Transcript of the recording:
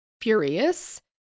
furious